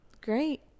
Great